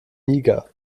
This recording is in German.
niger